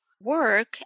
work